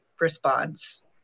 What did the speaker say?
response